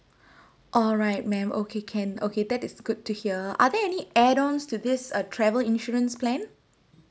alright ma'am okay can okay that is good to hear are there any add on to this uh travel insurance plan